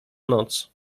noc